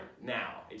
now